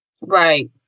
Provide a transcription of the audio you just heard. Right